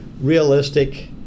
Realistic